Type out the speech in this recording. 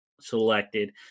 selected